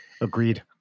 Agreed